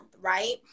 right